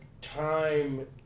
time